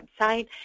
website